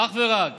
אך ורק